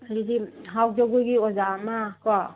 ꯑꯗꯨꯗꯤ ꯍꯥꯎ ꯖꯒꯣꯏꯒꯤ ꯑꯣꯖꯥ ꯑꯃꯀꯣ